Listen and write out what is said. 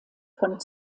von